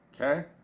Okay